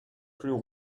plus